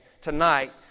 tonight